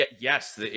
Yes